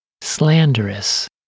slanderous